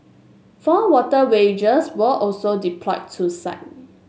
four water wagons were also deployed to site